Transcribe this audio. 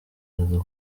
aza